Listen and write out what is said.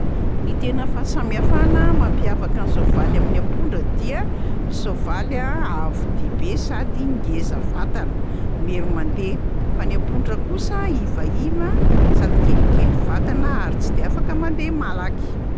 Ny tena fahasamihafana mampiavaka ny soavaly amin'ny ampondra dia ny soavaly a avo dia be sady ngeza vatana, miery mandeha; fa ny ampondra kosa ivaiva sady kelikely vatana ary tsy de afaka mandeha malaky.